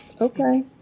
Okay